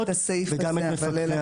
וגם את --- לא להעתיק את הסעיף הכולל הזה,